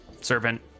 servant